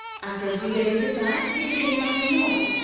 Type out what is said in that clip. after a few days had passed, he became much annoyed,